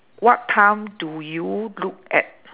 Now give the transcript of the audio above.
what time do you look at